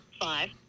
five